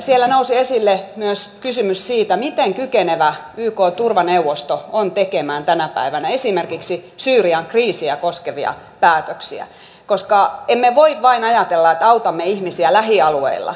siellä nousi esille myös kysymys siitä miten kykenevä ykn turvaneuvosto on tekemään tänä päivänä esimerkiksi syyrian kriisiä koskevia päätöksiä koska emme voi ajatella että autamme ihmisiä vain lähialueilla